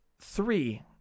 Three